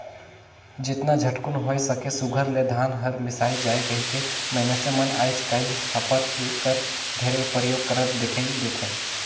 जेतना झटकुन होए सके सुग्घर ले धान हर मिसाए जाए कहिके मइनसे मन आएज काएल हापर कर ढेरे परियोग करत दिखई देथे